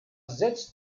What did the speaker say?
setzt